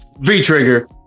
V-trigger